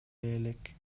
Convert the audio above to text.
элек